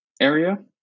area